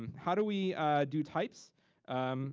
um how do we do types?